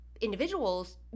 individuals